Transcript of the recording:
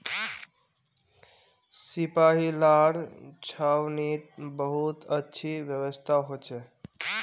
सिपाहि लार छावनीत बहुत अच्छी व्यवस्था हो छे